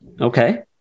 Okay